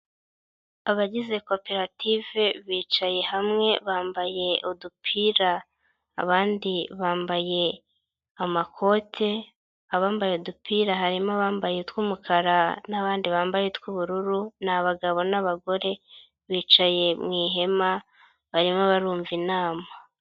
Abagize koperative bicaye hamwe bambaye udupira, abandi bambaye amakote, abambaye udupira harimo abambaye utw'umukara n'abandi bambaye utw'ubururu, ni abagabo n'abagore, bicaye mu ihema barimo barumva inama.